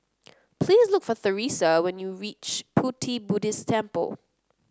please look for Theresia when you reach Pu Ti Buddhist Temple